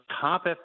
top